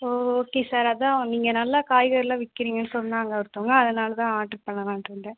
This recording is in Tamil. ஓ ஓகே சார் அதுதான் நீங்கள் நல்லா காய்கறியெலாம் விற்கிறிங்கன்னு சொன்னாங்க ஒருத்தவங்க அதனால் தான் ஆர்டர் பண்ணலாம்ட்டுருந்தேன்